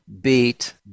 beat